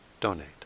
donate